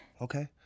Okay